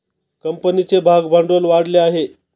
कंपनीचे भागभांडवल वाढले आहे